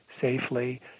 safely